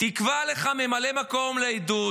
תקבע לך ממלא מקום לעדות,